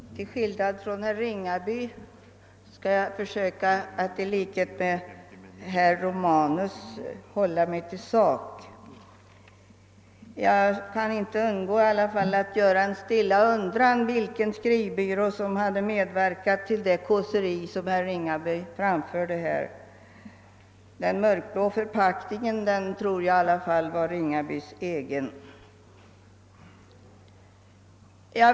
Herr talman! Till skillnad från herr Ringaby men i likhet med herr Romanus skall jag försöka att hålla mig till sak. Jag kan i alla fall inte undgå att uttala en stilla undran vilken skrivbyrå det var som hade medverkat till det kåseri herr Ringaby framförde här. Den mörkblå förpackningen tror jag ändå var herr Ringabys egen.